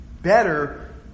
better